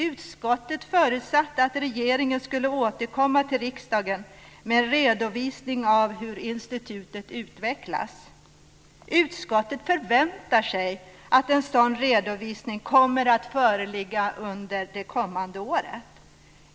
Utskottet förutsatte att regeringen skulle återkomma till riksdagen med en redovisning av hur institutet utvecklats. Utskottet förväntar sig att en sådan redovisning kommer att föreligga under det kommande året.